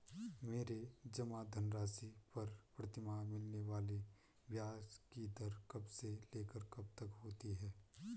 मेरे जमा धन राशि पर प्रतिमाह मिलने वाले ब्याज की दर कब से लेकर कब तक होती है?